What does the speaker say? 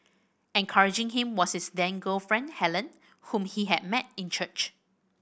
encouraging him was his then girlfriend Helen whom he had met in church